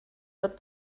wird